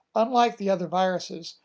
unlike the other viruses,